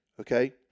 okay